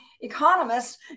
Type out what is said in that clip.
economists